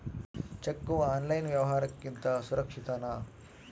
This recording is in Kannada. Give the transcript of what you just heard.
ಚೆಕ್ಕು ಆನ್ಲೈನ್ ವ್ಯವಹಾರುಕ್ಕಿಂತ ಸುರಕ್ಷಿತನಾ?